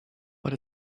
but